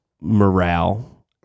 morale